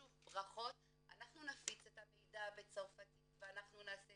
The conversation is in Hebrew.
שוב ברכות, אנחנו נפיץ את המידע בצרפתית ונעשה